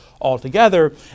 altogether